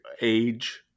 age